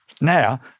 now